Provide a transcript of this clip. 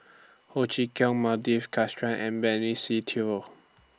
Ho Chee Kong Krishnan and Benny Se Teo